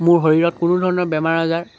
মোৰ শৰীৰত কোনো ধৰণৰ বেমাৰ আজাৰ